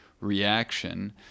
reaction